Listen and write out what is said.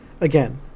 Again